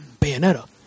Bayonetta